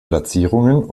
platzierungen